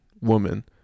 woman